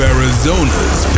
Arizona's